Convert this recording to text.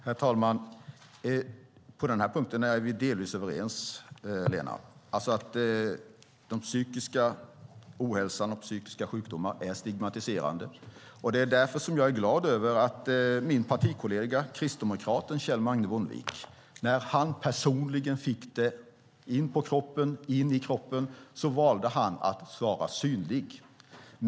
Herr talman! På den här punkten är vi delvis överens, Lena, alltså att den psykiska ohälsan och psykiska sjukdomar är stigmatiserande. Det är därför som jag är glad över att min partikollega kristdemokraten Kjell Magne Bondevik valde att vara synlig när han personligen fick det in på kroppen, in i kroppen.